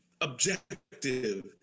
objective